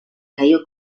cayó